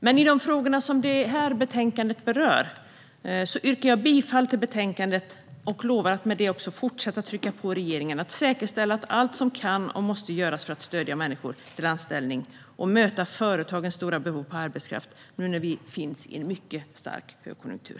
Men i de frågor som det här betänkandet berör yrkar jag bifall till förslaget i betänkandet och lovar att fortsatt trycka på regeringen när det gäller att säkerställa att allt som kan och måste göras också görs för att stödja människor till anställning och möta företagens stora behov på arbetskraft nu när vi har en mycket stark högkonjunktur.